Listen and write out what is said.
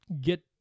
get